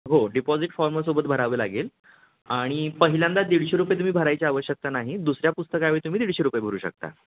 हो डिपॉझिट फॉर्मसोबत भरावं लागेल आणि पहिल्यांदा दीडशे रुपये तुम्ही भरायची आवश्यकता नाही दुसऱ्या पुस्तकावेळी तुम्ही दीडशे रुपये भरू शकता